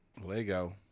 lego